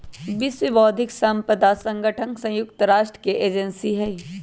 विश्व बौद्धिक साम्पदा संगठन संयुक्त राष्ट्र के एजेंसी हई